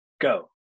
go